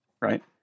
right